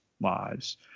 lives